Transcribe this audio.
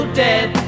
dead